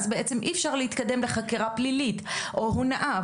אז אי אפשר בעצם להתקדם לחקירה פלילית או הונאה.